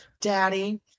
Daddy